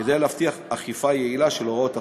כדי להבטיח אכיפה יעילה של הוראות החוק,